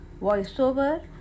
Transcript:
voiceover